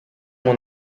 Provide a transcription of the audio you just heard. mon